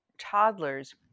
Toddlers